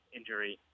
injury